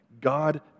God